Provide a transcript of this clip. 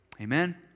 Amen